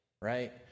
right